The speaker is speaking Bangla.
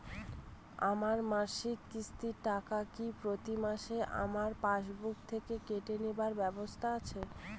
আমার মাসিক কিস্তির টাকা কি প্রতিমাসে আমার পাসবুক থেকে কেটে নেবার ব্যবস্থা আছে?